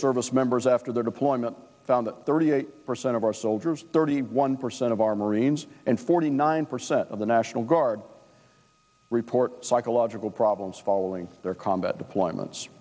service members after their deployment found thirty eight percent of our soldiers thirty one percent of our marines and forty nine percent of the national guard report psychological problems following their combat deployments